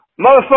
Motherfucker